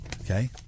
Okay